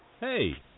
hey